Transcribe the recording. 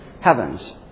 heavens